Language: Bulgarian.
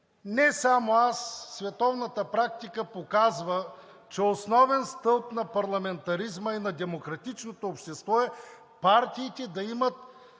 не само аз, световната практика показва, че основен стълб на парламентаризма и на демократичното общество е партиите да имат